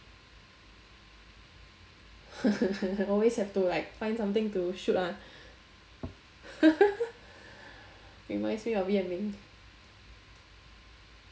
always have to like find something to shoot ah reminds me of ye ming